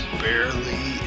barely